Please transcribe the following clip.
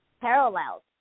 parallels